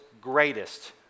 greatest